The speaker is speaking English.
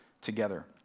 together